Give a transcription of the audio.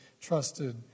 trusted